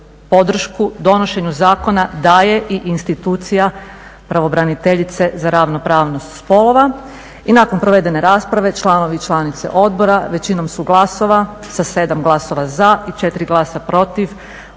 podršku donošenju zakona daje i institucija pravobraniteljice za ravnopravnost spolova i nakon provedene rasprave članovi i članice odbora većinom su glasova, sa 7 glasova za i 4 glasa protiv